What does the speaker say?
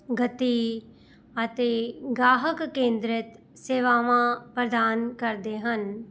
ਗਤੀ ਅਤੇ ਗਾਹਕ ਕੇਂਦਰਿਤ ਸੇਵਾਵਾਂ ਪ੍ਰਦਾਨ ਕਰਦੇ ਹਨ